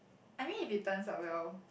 I mean if it turns out well